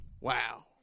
Wow